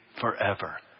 forever